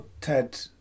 Ted